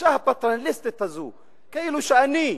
הגישה הפטרנליסטית הזאת, כאילו שאני,